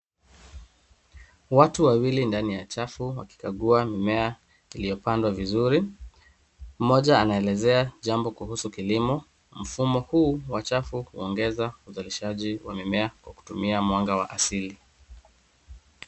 Watu wawili ndani ya chafu wakikagua mimea iliyopandwa vizuri. Mmoja anaelezea jambo kuhusu kilimo. Mfumo huu wa chafu huongeza uzalishaji wa mimea kwa kutumia mwanga wa asili.